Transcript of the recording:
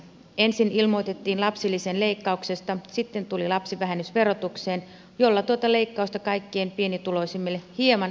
ensin ilmoitettiin lapsilisien leikkauksesta sitten tuli lapsivähennys verotukseen jolla tuota leikkausta kaikkein pienituloisimmille hieman yritetään kompensoida